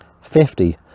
Fifty